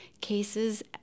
cases